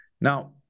Now